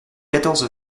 quatorze